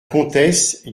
comtesse